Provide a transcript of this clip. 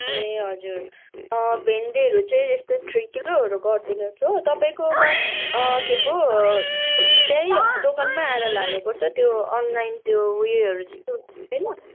ए हजुर भिन्डीहरू चाहिँ यस्तो थ्री किलोहरू गरिदिनुहोस् ल तपाईँकोमा के पो त्यही दोकानमा आएर लानुपर्छ त्यो अनलाइन त्यो उयोहरू जस्तो हुँदैन